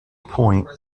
point